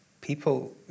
people